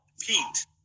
Pete